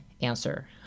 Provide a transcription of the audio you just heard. answer